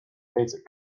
basic